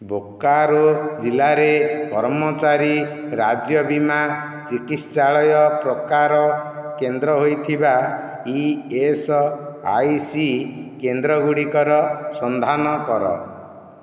ବୋକାରୋ ଜିଲ୍ଲାରେ କର୍ମଚାରୀ ରାଜ୍ୟ ବୀମା ଚିକିତ୍ସାଳୟ ପ୍ରକାର କେନ୍ଦ୍ର ହୋଇଥିବା ଇ ଏସ୍ ଆଇ ସି କେନ୍ଦ୍ରଗୁଡ଼ିକର ସନ୍ଧାନ କର